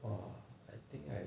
!wah! I think I